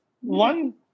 one